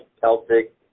Celtic